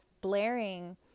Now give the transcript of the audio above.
blaring